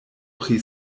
pri